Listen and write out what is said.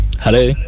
Hello